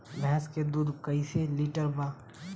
भैंस के दूध कईसे लीटर बा?